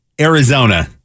Arizona